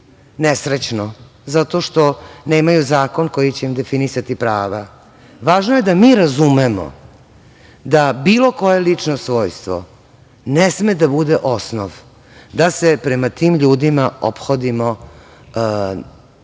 nesrećno zato što nemaju zakon koji će im definisati prava, važno je da mi razumemo da bilo koje lično svojstvo ne sme da bude osnov da se prema tim ljudima ophodimo sa